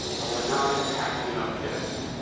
but we're not impacting enough kids.